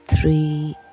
three